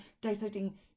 dissecting